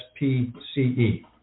SPCE